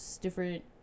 different